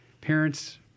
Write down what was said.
parents